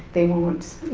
they won't,